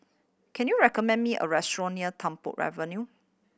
can you recommend me a restaurant near Tung Po Avenue